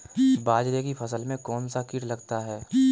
बाजरे की फसल में कौन सा कीट लगता है?